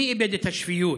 מי איבד את השפיות,